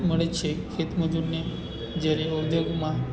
મળે છે ખેત મજૂરને જયારે ઉદ્યોગો માં